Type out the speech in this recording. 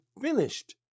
finished